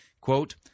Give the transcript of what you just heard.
Quote